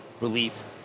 relief